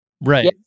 Right